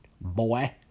boy